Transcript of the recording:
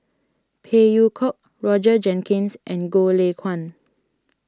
Phey Yew Kok Roger Jenkins and Goh Lay Kuan